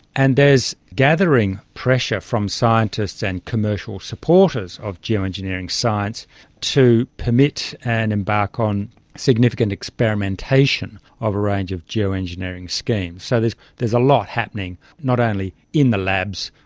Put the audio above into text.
and there's gathering pressure from scientists and commercial supporters of geo-engineering science to permit and embark on significant experimentation of a range of geo-engineering schemes. so there's there's a lot happening, not only in the labs,